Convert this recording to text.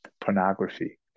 pornography